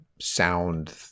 sound